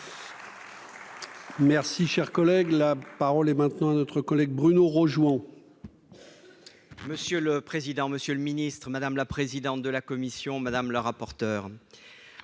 Merci, cher collègue, la parole est maintenant notre collègue Bruno rejouant. Monsieur le président, Monsieur le Ministre, madame la présidente de la commission madame le rapporteur